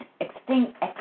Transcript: extinct